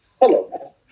Hello